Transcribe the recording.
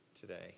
today